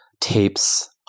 tapes